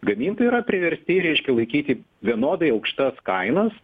gamintojai yra priversti reiškia laikyti vienodai aukštas kainas